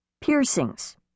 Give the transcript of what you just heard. Piercings